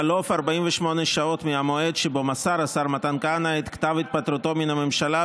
בחלוף 48 שעות מהמועד שבו מסר השר מתן כהנא את כתב התפטרותו מן הממשלה,